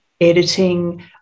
editing